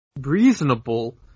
reasonable